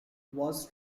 was